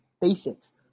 basics